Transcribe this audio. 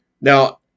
now